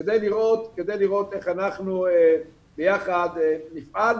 כדי לראות איך אנחנו ביחד נפעל.